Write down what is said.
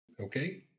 Okay